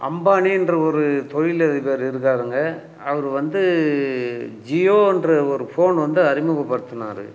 அம்பானின்ற ஒரு தொழில் அதிபர் இருக்காருங்க அவரு வந்து ஜியோன்ற ஒரு ஃபோன் வந்து அறிமுகப்படுத்துனார்